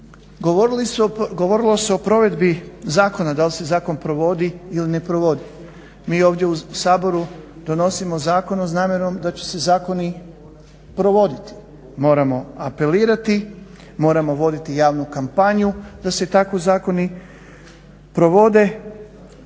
Govorilo se o provedbi zakona, dal se zakon provodi ili ne provodi? Mi ovdje u Saboru ovdje donosimo zakon s namjenom da će se zakoni provoditi. Moramo apelirati, moramo voditi javnu kampaniju da se tako zakoni provode,